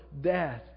death